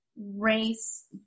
race